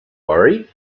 worry